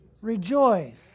rejoice